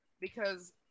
because-